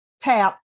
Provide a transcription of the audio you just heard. tap